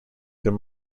their